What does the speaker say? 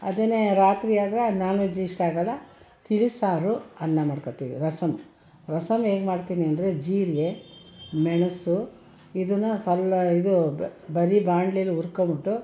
ಅದನ್ನೇ ರಾತ್ರಿಯಾದರೆ non veg ಇಷ್ಟ ಆಗೋಲ್ಲ ತಿಳಿಸಾರು ಅನ್ನ ಮಾಡ್ಕೊಳ್ತೀವಿ ರಸಮ್ ರಸಮ್ ಹೇಗೆ ಮಾಡ್ತೀನಿ ಅಂದರೆ ಜೀರಿಗೆ ಮೆಣಸು ಇದನ್ನ ಇದು ಬರೀ ಬಾಣ್ಲಿಯಲ್ಲಿ ಹುರ್ಕೊಂಡ್ಬಿಟ್ಟು